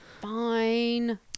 Fine